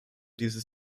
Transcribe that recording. dieses